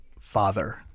father